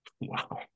Wow